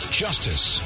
justice